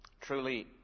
Truly